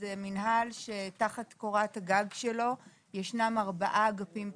זה מינהל שתחת קורת הגג שלו ישנם ארבעה אגפים בכירים,